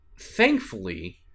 thankfully